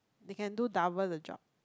they can do double the job